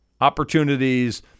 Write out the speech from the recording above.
opportunities